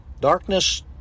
Darkness